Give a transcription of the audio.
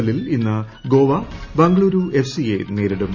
എല്ലിൽ ഇന്ന് ഗോവ ബെംഗ്ലൂരു എഫ് സിയെ നേരിടും